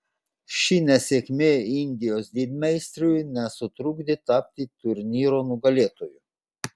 ši nesėkmė indijos didmeistriui nesutrukdė tapti turnyro nugalėtoju